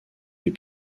des